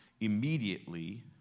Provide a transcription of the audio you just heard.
immediately